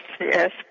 yes